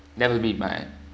never be mild